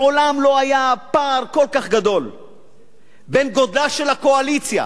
מעולם לא היה פער כל כך גדול בין גודלה של הקואליציה